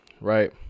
right